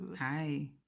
hi